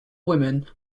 women